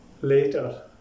later